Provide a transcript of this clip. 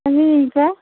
ᱛᱟᱸᱜᱤᱭᱤᱧ ᱯᱮ